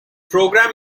program